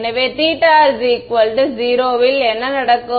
எனவே θ 0 இல் என்ன நடக்கும்